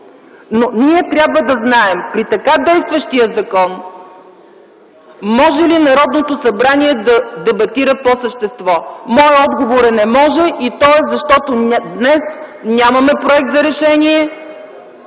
Ние трябва да знаем дали при така действащия закон Народното събрание може да дебатира по същество. Моят отговор е „Не може” и той е, защото днес нямаме проект за решение.